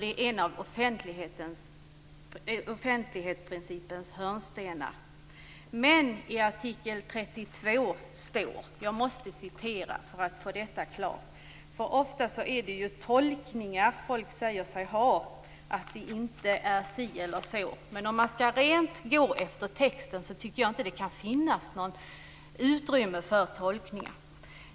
Det är en av offentlighetsprincipens hörnstenar. Jag vill citera ur artikel 32 för att klargöra detta. Man säger sig ju ofta göra tolkningar att det förhåller sig si eller så. Utgår man helt från texten, tycker jag dock inte att det kan finnas något utrymme för tolkningar.